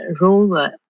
rover